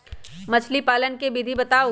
मछली पालन के विधि बताऊँ?